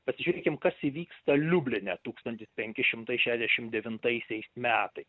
pasižiūrėkim kas įvyksta liubline tūkstantis penki šimtai šešiasdešim devintaisiais metais